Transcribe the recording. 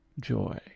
joy